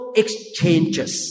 exchanges